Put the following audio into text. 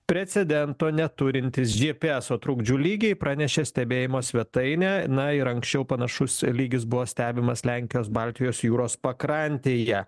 precedento neturintys dži pi eso trukdžių lygiai pranešė stebėjimo svetainė na ir anksčiau panašus a lygis buvo stebimas lenkijos baltijos jūros pakrantėje